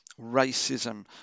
racism